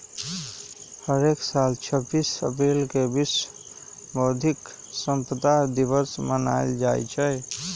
हरेक साल छब्बीस अप्रिल के विश्व बौधिक संपदा दिवस मनाएल जाई छई